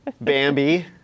Bambi